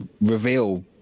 reveal